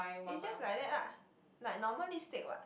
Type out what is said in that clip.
is just like that lah like normal lipstick what